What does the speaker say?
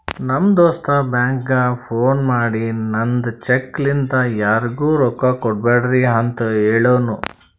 ನಮ್ ದೋಸ್ತ ಬ್ಯಾಂಕ್ಗ ಫೋನ್ ಮಾಡಿ ನಂದ್ ಚೆಕ್ ಲಿಂತಾ ಯಾರಿಗೂ ರೊಕ್ಕಾ ಕೊಡ್ಬ್ಯಾಡ್ರಿ ಅಂತ್ ಹೆಳುನೂ